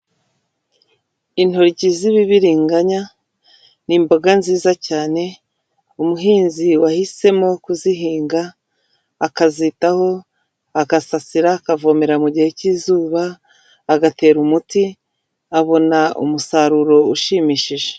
Intoryi z'ibibiriganya ni imboga nziza cyane, umuhinzi wahisemo kuzihinga akazitaho agasasira akavomera mu gihe cy'izuba, agatera umuti, abona umusaruro ushimishije.